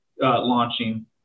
launching